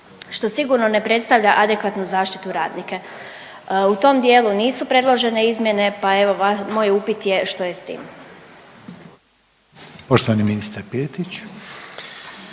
što sigurno ne predstavlja adekvatnu zaštitu radnika. U tom dijelu nisu predložene izmjene, pa evo moj upit je što je s tim? **Reiner, Željko